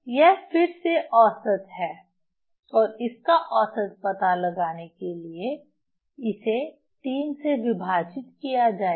यह फिर से औसत है और इसका औसत पता लगाने के लिए इसे 3 से विभाजित किया जाएगा